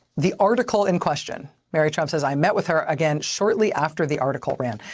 the article in question, mary trump says i met with her again shortly after the article ran.